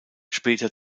später